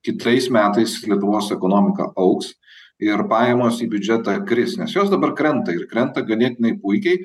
kitais metais lietuvos ekonomika augs ir pajamos į biudžetą kris nes jos dabar krenta ir krenta ganėtinai puikiai